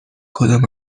کدام